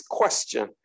question